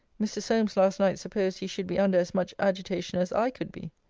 mr. solmes last night supposed he should be under as much agitation as i could be.